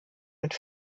mit